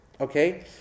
Okay